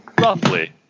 Roughly